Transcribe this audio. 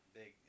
big